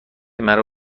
مرا